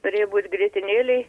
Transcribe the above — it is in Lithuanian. norėjo būt grietinėlėj